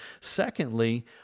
Secondly